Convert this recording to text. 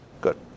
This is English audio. Good